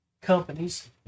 companies